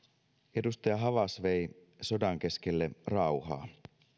edustaja havas vei sodan keskelle rauhaa